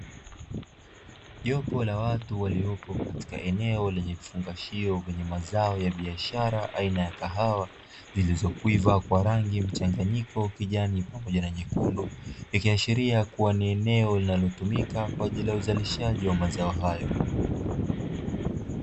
Jopo la watu waliopo katika eneo lenye kifungashio vyenye mazao ya biashara aina ya kahawa, zilizokwiva kwa rangi mchanganyiko kijani na nyekundu ikiashiria kuwa ni eneo linalotumika kwajili ya uzalishaji wa mazao hayo.